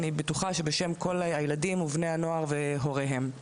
אני בטוחה שבשם כל הילדים ובני הנוער והוריהם.